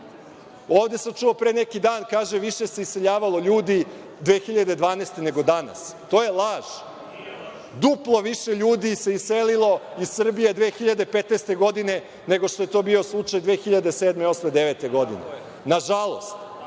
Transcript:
sam čuo pre neki dan kaže – više se iseljavalo ljudi 2012. godine, nego danas. To je laž. Duplo više ljudi se iselilo iz Srbije 2015. godine, nego što je to bio slučaj 2007, 2008, 2009. godine. Nažalost,